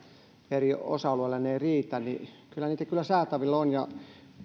eri osa alueille ne eivät riitä niin kyllä niitä saatavilla on ja